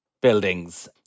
buildings